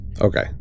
okay